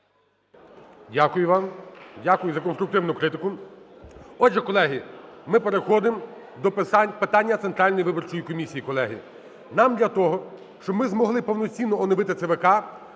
Дякую вам. Дякую за конструктивну критику. Отже, колеги, ми переходимо до питання Центральної виборчої комісії, колеги. Нам для того, щоб ми змогли повноцінно оновити ЦВК,